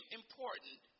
important